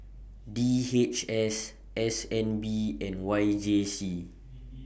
D H S S N B and Y J C